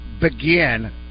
begin